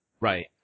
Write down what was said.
Right